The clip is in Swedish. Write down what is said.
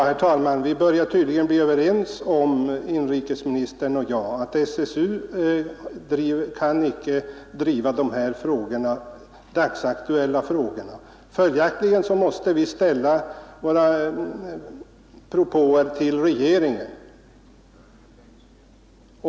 Herr talman! Vi börjar tydligen bli överens, inrikesministern och jag, om att SSU inte kan ha ansvaret för de dagsaktuella frågornas lösning. Följaktligen måste vi ställa våra propåer till regeringen.